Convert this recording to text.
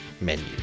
menu